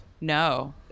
No